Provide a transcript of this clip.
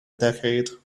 decade